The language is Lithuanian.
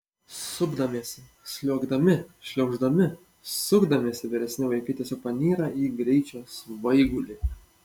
supdamiesi sliuogdami šliauždami sukdamiesi vyresni vaikai tiesiog panyra į greičio svaigulį